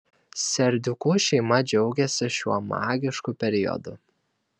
serdiukų šeima džiaugiasi šiuo magišku periodu